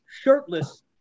shirtless